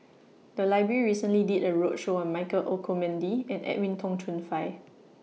The Library recently did A roadshow on Michael Olcomendy and Edwin Tong Chun Fai